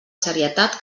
serietat